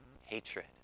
hatred